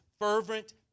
fervent